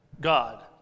God